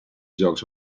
jocs